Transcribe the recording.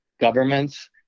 governments